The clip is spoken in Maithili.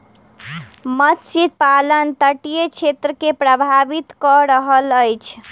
मत्स्य पालन तटीय क्षेत्र के प्रभावित कय रहल अछि